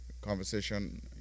conversation